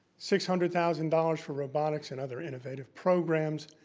six hundred thousand dollars for robotics and other innovative programs,